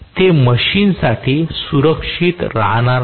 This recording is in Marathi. ते मशीनसाठी सुरक्षित राहणार नाही